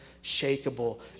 unshakable